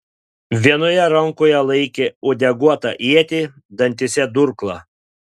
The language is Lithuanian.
vienoje rankoje laikė uodeguotą ietį dantyse durklą